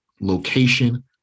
location